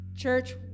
church